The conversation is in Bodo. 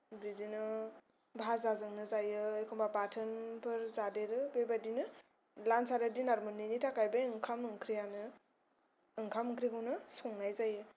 बिदिनो भाजाजोंनो जायो एखमब्ला बाथोनफोर जादेरो बेबादिनो लान्च आरो डिनार मोननैनि थाखाय बे ओखाम ओंख्रियानो ओंखाम ओंख्रिखौनो संनाय जायो